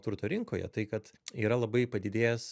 turto rinkoje tai kad yra labai padidėjęs